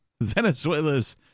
Venezuela's